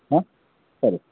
ಹಾಂ ಸರಿ